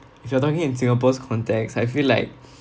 if you're talking in singapore's context I feel like